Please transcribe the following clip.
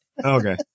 Okay